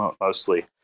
mostly